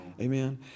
Amen